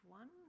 one